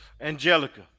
Angelica